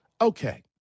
okay